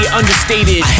understated